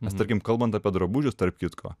nes tarkim kalbant apie drabužius tarp kitko